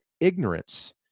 ignorance